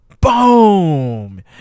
boom